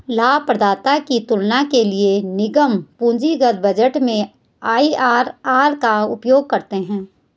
लाभप्रदाता की तुलना के लिए निगम पूंजीगत बजट में आई.आर.आर का उपयोग करते हैं